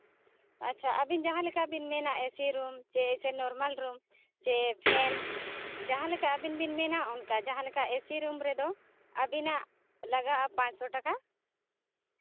ᱟᱪᱪᱷᱟ ᱟᱵᱤᱱ ᱡᱟᱦᱟᱸᱞᱮᱠᱟ ᱵᱤᱱ ᱢᱮᱱᱟ ᱮᱥᱤ ᱨᱩᱢ ᱥᱮ ᱱᱚᱨᱢᱟᱞ ᱨᱩᱢ ᱥᱮ ᱯᱷᱮᱱ ᱡᱟᱦᱟᱸᱞᱮᱠᱟ ᱟᱵᱤᱱ ᱵᱤ ᱢᱮᱱᱟ ᱚᱱᱠᱟ ᱜᱮ ᱡᱟᱦᱟᱸᱞᱮᱠᱟ ᱮᱥᱤ ᱨᱩᱢ ᱨᱮᱫᱚ ᱟᱵᱤᱱᱟᱜ ᱞᱟᱜᱟᱜᱼᱟ ᱯᱟᱸᱪ ᱥᱚ ᱴᱟᱠᱟ